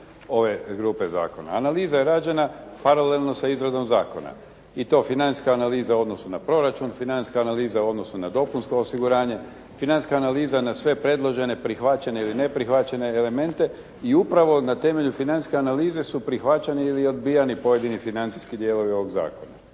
ove grupe zakona. Analiza je rađena paralelno sa izradom zakona i to financijska analiza u odnosu na proračun, financijska analiza u odnosu na dopunsko osiguranje, financijska analiza na sve prihvaćene, ne prihvaćene elemente i upravo na temelju financijske analize su prihvaćeni ili odbijani pojedini financijski dijelovi ovog zakona.